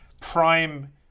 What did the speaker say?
prime